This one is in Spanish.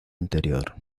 anterior